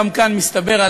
גם כאן מסתבר,